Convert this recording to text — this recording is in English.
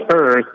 earth